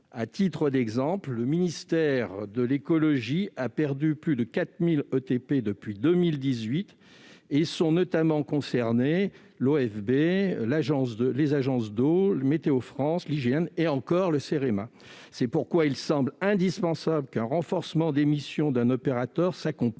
à titre d'exemple, le ministère de l'écologie a perdu plus de 4 000 équivalents temps plein depuis 2018 ; sont notamment concernés l'OFB, les agences de l'eau, Météo-France, l'IGN ou encore le Cerema. C'est pourquoi il semble indispensable qu'un renforcement des missions d'un opérateur s'accompagne